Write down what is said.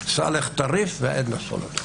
סאלח טריף ועדנה סולודר.